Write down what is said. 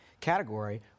category